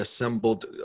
assembled